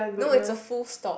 no is a full stop